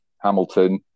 Hamilton